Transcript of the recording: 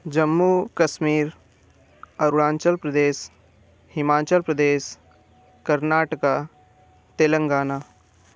Jammu Kashmir Arunachal Pradesh Himachal Pradesh Karnataka Telangana